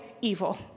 evil